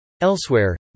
Elsewhere